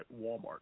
Walmart